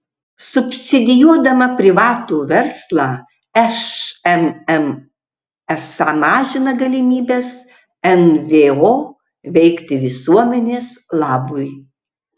subsidijuodama privatų verslą šmm esą mažina galimybes nvo veikti visuomenės labui